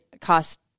cost